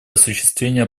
осуществления